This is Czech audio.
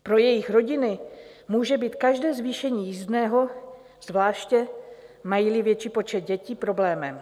Pro jejich rodiny může být každé zvýšení jízdného, zvláště majíli větší počet dětí, problémem.